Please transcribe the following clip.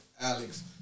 Alex